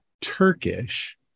Turkish